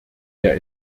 der